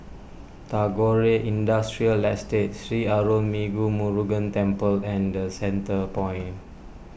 Tagore Industrial Estate Sri Arulmigu Murugan Temple and the Centrepoint